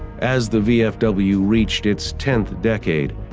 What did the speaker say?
as the vfw reached its tenth decade,